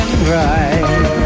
right